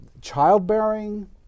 childbearing